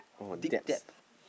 oh debts